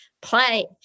play